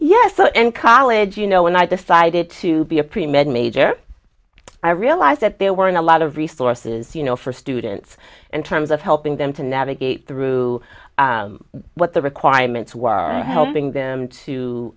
yes so in college you know when i decided to be a pre med major i realized that there weren't a lot of resources you know for students in terms of helping them to navigate through what the requirements were helping them to